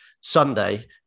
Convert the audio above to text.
Sunday